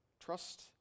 Trust